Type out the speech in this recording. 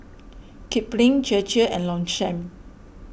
Kipling Chir Chir and Longchamp